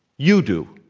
you do,